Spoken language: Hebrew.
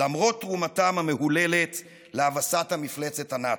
למרות תרומתם המהוללת להבסת המפלצת הנאצית.